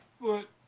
foot